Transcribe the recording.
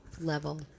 level